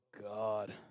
God